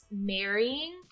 marrying